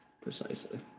Precisely